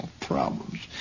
problems